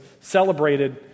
celebrated